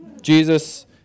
Jesus